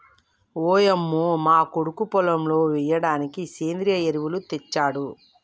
ఓయంమో మా కొడుకు పొలంలో ఎయ్యిడానికి సెంద్రియ ఎరువులు తెచ్చాడు